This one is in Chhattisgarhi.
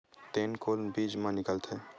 तेल कोन बीज मा निकलथे?